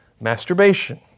masturbation